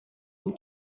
une